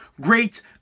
Great